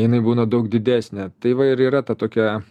jinai būna daug didesnė tai va ir yra ta tokia